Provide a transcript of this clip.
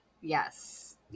yes